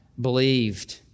believed